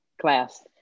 class